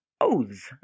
oaths